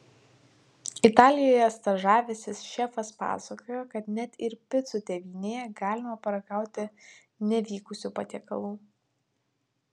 italijoje stažavęsis šefas pasakojo kad net ir picų tėvynėje galima paragauti nevykusių patiekalų